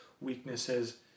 weaknesses